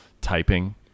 typing